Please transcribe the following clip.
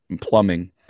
plumbing